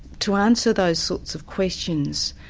to answer those sorts of questions,